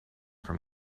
from